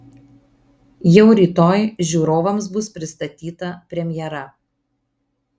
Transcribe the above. jau rytoj žiūrovams bus pristatyta premjera